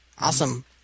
Awesome